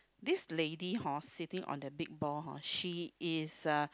this lady hor sitting on the big ball hor she is a